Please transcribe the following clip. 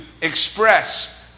express